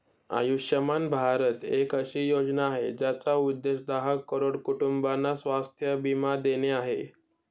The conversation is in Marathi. आयुष्यमान भारत एक अशी योजना आहे, ज्याचा उद्देश दहा करोड कुटुंबांना स्वास्थ्य बीमा देणे आहे